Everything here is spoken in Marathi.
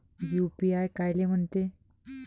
यू.पी.आय कायले म्हनते?